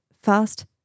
fast